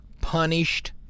punished